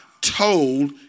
told